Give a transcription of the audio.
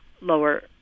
lower